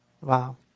Wow